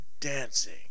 dancing